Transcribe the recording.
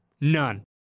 None